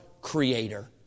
creator